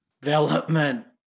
development